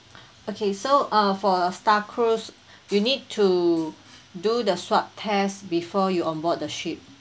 okay so uh for a star cruise you need to do the swab test before you on board the ship